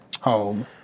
home